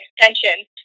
extension